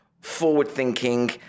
forward-thinking